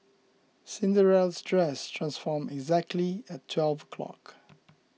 Cinderella's dress transformed exactly at twelve o' clock